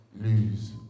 lose